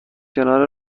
کنار